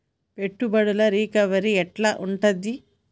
పెట్టుబడుల రికవరీ ఎట్ల ఉంటది?